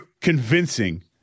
convincing –